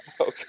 Okay